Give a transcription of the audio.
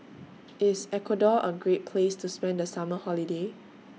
IS Ecuador A Great Place to spend The Summer Holiday